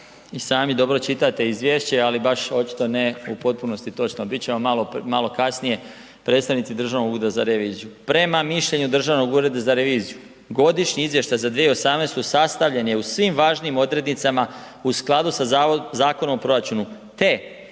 i sami dobro čitate izvješće, ali baš očito ne u potpunosti točno, bit će vam malo kasnije predstavnici Državnog ureda za reviziju. Prema mišljenju Državnog ureda za reviziju, godišnji izvještaj za 2018. sastavljen je u svim važnijim odrednicama u skladu sa Zakonom o proračunu, te istinito